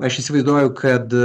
aš įsivaizduoju kad